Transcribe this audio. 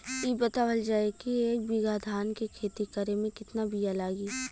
इ बतावल जाए के एक बिघा धान के खेती करेमे कितना बिया लागि?